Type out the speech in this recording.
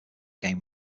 game